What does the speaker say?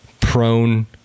prone